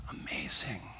Amazing